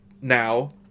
now